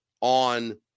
on